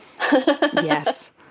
Yes